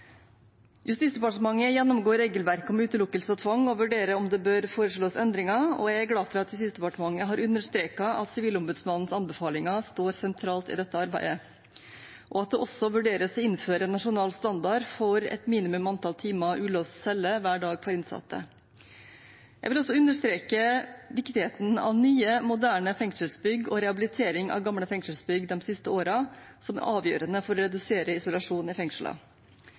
Justisdepartementet gjennomgår regelverket om utelukkelse og tvang og vurderer om det bør foreslås endringer. Jeg er glad for at Justisdepartementet har understreket at Sivilombudsmannens anbefalinger står sentralt i dette arbeidet, og at det også vurderes å innføre en nasjonal standard for et minimum antall timer ulåst celle hver dag for innsatte. Jeg vil også understreke viktigheten av nye, moderne fengselsbygg og rehabilitering av gamle fengselsbygg de siste årene, som er avgjørende for å redusere isolasjon i